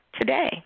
today